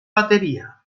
bateria